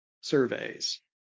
surveys